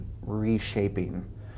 reshaping